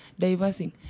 diversing